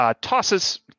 tosses